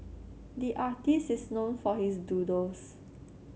the artist is known for his doodles